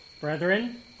Brethren